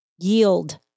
Yield